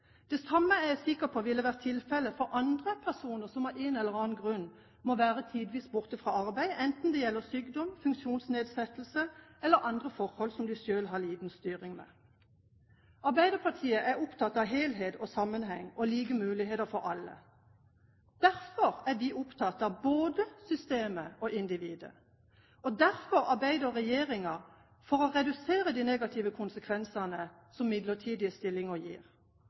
Det samme er jeg sikker på ville vært tilfellet for andre personer som av en eller annen grunn må være tidvis borte fra arbeid, enten det gjelder sykdom, funksjonsnedsettelse eller andre forhold som de selv har liten styring med. Arbeiderpartiet er opptatt av helhet og sammenheng og like muligheter for alle. Derfor er vi opptatt av både systemet og individet, og derfor arbeider regjeringen for å redusere de negative konsekvensene som midlertidige stillinger gir.